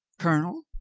colonel,